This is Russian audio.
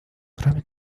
кроме